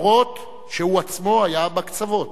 אף שהוא עצמו היה בקצוות.